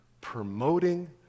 promoting